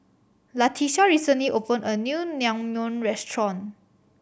Latisha recently opened a new Naengmyeon Restaurant